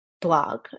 blog